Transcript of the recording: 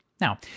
Now